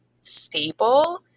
stable